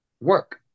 work